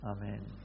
Amen